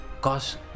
cause